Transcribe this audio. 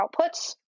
outputs